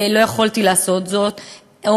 לא יכולתי לעשות זאת,